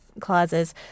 clauses